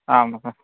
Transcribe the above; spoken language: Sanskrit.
आम्